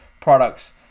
products